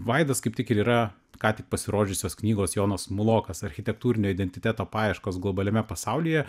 vaidas kaip tik ir yra ką tik pasirodžiusios knygos jonas mulokas architektūrinio identiteto paieškos globaliame pasaulyje